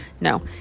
No